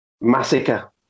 Massacre